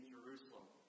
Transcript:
Jerusalem